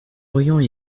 aurions